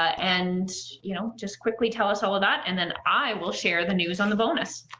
and, you know, just quickly tell us all of that, and then i will share the news on the bonus.